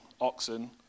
oxen